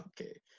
okay